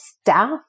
staff